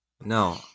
No